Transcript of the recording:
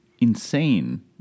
insane